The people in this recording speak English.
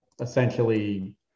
essentially